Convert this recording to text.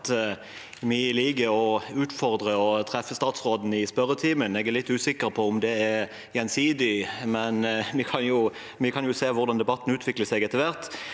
vi liker å utfordre og treffe statsråden i spørretimen. Jeg er litt usikker på om det er gjensidig, men vi kan jo se hvordan debatten utvikler seg etter hvert.